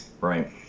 right